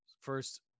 first